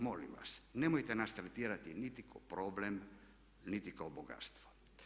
Molim vas nemojte nas tretirati niti kao problem, niti kao bogatstvo.